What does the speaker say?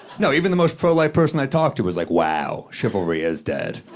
no, even the most pro-life person i talk to was like, wow, chivalry is dead.